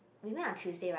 we met on Tuesday right